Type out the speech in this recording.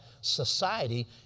society